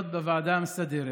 להיות בוועדה המסדרת.